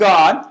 God